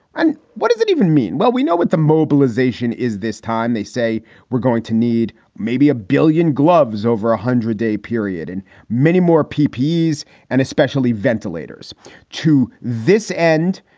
and what does that even mean? well, we know what the mobilization is this time. they say we're going to need maybe a billion gloves over a one hundred day period and many more ppd and especially ventilators to this end.